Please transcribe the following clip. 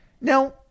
Now